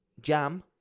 jam